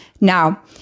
Now